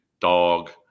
Dog